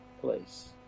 place